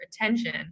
attention